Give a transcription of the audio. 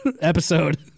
episode